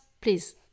please